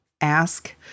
ask